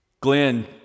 Glenn